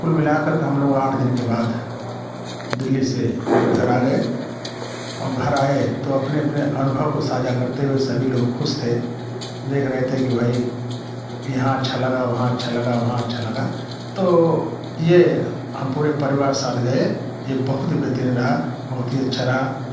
कुल मिलाकर के हम लोग आठ दिन के बाद दिल्ली से फिर घर आ गए और घर आए तो अपने अपने अनुभव को साझा करते हुए सभी लोग खुश थे देख रहे थे की भाई यहाँ अच्छा लगा वहाँ अच्छा वहाँ अच्छा लगा तो ये हम पूरे परिवार साथ गए ये बहुत बेहतरीन रहा बहुत ही अच्छा रहा